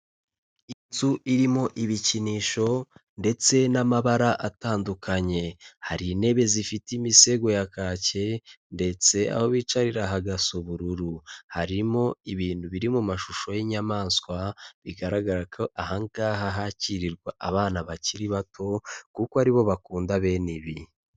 Inzu irimo ibikinisho ndetse n'amabara atandukanye, hari intebe zifite imisego ya kake ndetse aho bicarira hagasa ubururu, harimo ibintu biri mu mashusho y'inyamaswa bigaragara ko aha ngaha hakirirwa abana bakiri bato, kuko aribo bakunda bene ibi.